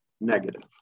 negative